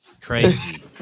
crazy